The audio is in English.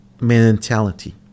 mentality